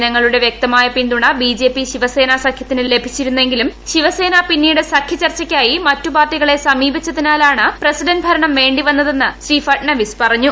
ജനങ്ങളുടെ വ്യക്തമായ പിന്തുണ ബി ജെ പി ശിവസേന സഖ്യത്തിന് ലഭിച്ചിരുന്നെങ്കിലും ശിവസേന പിന്നീട് സഖ്യ ചർച്ചകൾക്കായി മറ്റു പാർട്ടികളെ സമീപിച്ചതിനാലാണ് പ്രസിഡന്റ് ഭരണം വേണ്ടിവന്നതെന്ന് ശ്രീ ഫട്നാവിസ് പറഞ്ഞു